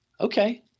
Okay